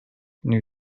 new